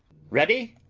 ready,